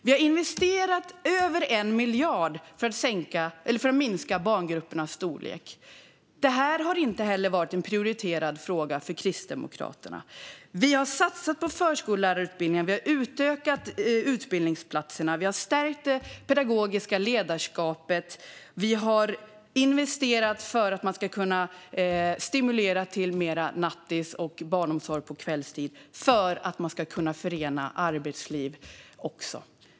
Vi har investerat över 1 miljard för att minska barngruppernas storlek. Det har inte varit en prioriterad fråga för Kristdemokraterna. Vi har satsat på förskollärarutbildningen, och vi har utökat utbildningsplatserna. Vi har stärkt det pedagogiska ledarskapet, och vi har investerat för att man ska kunna stimulera till mer nattis och barnomsorg kvällstid så att det ska förenas med ett arbetsliv på sådana tider.